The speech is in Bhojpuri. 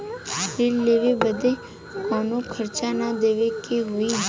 ऋण लेवे बदे कउनो खर्चा ना न देवे के होई?